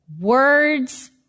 words